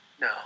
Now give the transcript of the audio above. No